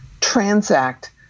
transact